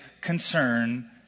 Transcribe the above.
concern